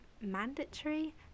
mandatory